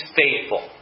faithful